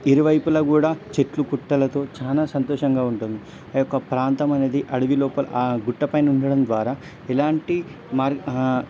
ఇరువైపుల గూడా చెట్లు పుట్టలతో చానా సంతోషంగా ఉంటుంది ఆ యొక్క ప్రాంతం అనేది అడవి లోపల ఆ గుట్టపైన ఉండడం ద్వారా ఇలాంటి మార్